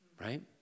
right